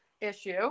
issue –